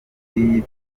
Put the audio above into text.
amakuru